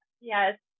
yes